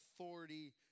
authority